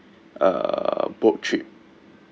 a boat trip